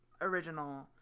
original